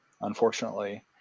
unfortunately